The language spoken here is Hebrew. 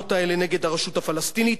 המתלהמות האלה נגד הרשות הפלסטינית?